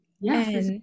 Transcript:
yes